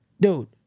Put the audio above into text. dude